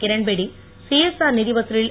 Kiran Bedi CSR நிதி வதுவில்